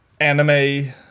anime